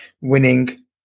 winning